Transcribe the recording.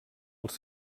els